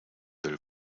del